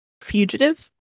fugitive